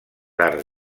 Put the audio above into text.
arts